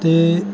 ਅਤੇ